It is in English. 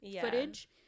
footage